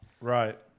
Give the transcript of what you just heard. Right